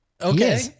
Okay